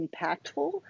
impactful